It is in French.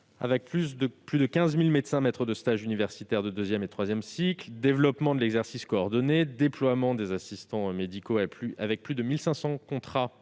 avec plus de 15 000 médecins maîtres de stage universitaire de deuxième et troisième cycles ; le développement de l'exercice coordonné ; le déploiement des assistants médicaux, avec plus de 1 500 contrats